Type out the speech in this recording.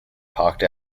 parked